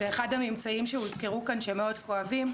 אחד הממצאים שהוזכרו כאן שמאוד כואבים,